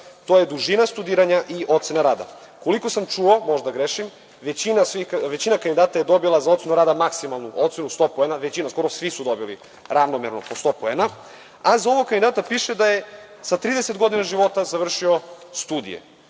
to je dužina studiranja i ocena rada. Koliko sam čuo, a možda grešim, većina kandidata je dobila za ocenu rada, maksimalnu ocenu, 100 poena, većina skoro, svi su dobili ravnomerno po 100 poena, a za ovog kandidata piše da je sa 30 godina života završio studije